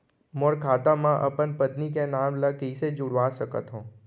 मोर खाता म अपन पत्नी के नाम ल कैसे जुड़वा सकत हो?